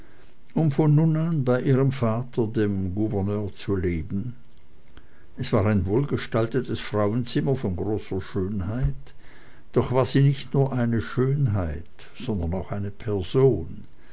um von nun an bei ihrem vater dem gouverneur zu leben es war ein wohlgestaltetes frauenzimmer von großer schönheit doch war sie nicht nur eine schönheit sondern auch eine person